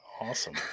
Awesome